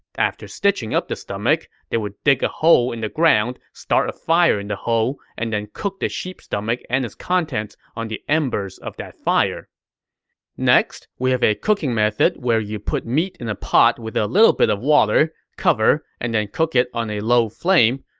after stitching up the stomach, they would dig a hole in the ground, start a fire in the hole, and then cooked the sheep stomach and its contents on the embers of the fire next, we have a cooking method where you put meat in a pot with a little bit of water, cover, and then cook it on a low flame.